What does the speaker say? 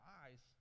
eyes